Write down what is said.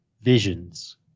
visions